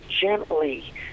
gently